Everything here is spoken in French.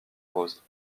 rose